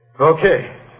Okay